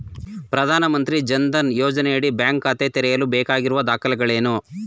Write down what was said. ಪ್ರಧಾನಮಂತ್ರಿ ಜನ್ ಧನ್ ಯೋಜನೆಯಡಿ ಬ್ಯಾಂಕ್ ಖಾತೆ ತೆರೆಯಲು ಬೇಕಾಗಿರುವ ದಾಖಲೆಗಳೇನು?